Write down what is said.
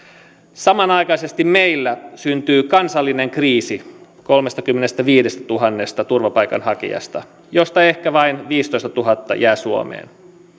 samanaikaisesti meillä syntyy kansallinen kriisi kolmestakymmenestäviidestätuhannesta turvapaikanhakijasta joista ehkä vain viisitoistatuhatta jää suomeen